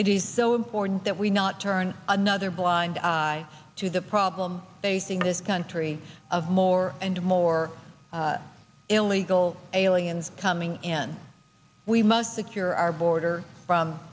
it is so important that we not turn another blind eye to the problem facing this country of more and more illegal aliens coming in we must secure our border from